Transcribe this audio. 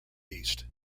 east